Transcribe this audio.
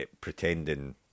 pretending